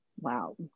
wow